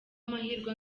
amahirwe